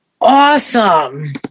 Awesome